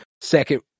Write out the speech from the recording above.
Second